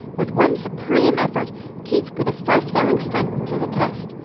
with one supreme effort keith put his fast-failing strength to the test,